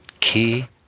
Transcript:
key